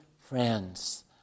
friends